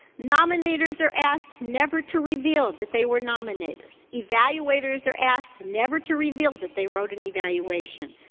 nominators are asked never to reveal that they were nominators. evaluators are asked never to reveal that they wrote an evaluation.